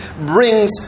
brings